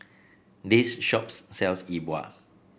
this shop sells Yi Bua